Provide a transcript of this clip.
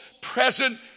present